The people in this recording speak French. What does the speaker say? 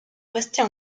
rester